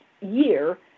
year